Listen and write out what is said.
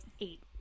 eight